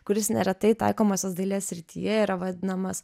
kuris neretai taikomosios dailės srityje yra vadinamas